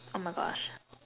oh my gosh